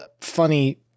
funny